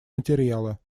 материала